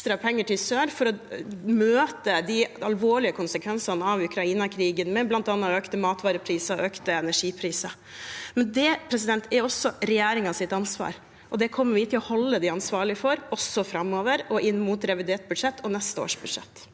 Det er ekstra penger til sør for å møte de alvorlige konsekvensene av Ukraina-krigen, bl.a. økte matvarepriser og økte energipriser. Det er også regjeringens ansvar, og det kommer vi til å holde dem ansvarlig for også framover og inn mot revidert budsjett og neste års budsjett.